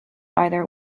either